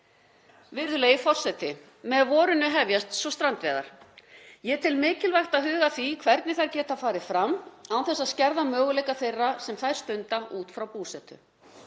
Virðulegi forseti. Með vorinu hefjast svo strandveiðar. Ég tel mikilvægt að huga að því hvernig þær geta farið fram án þess að skerða möguleika þeirra sem þær stunda út frá búsetu.